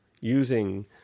using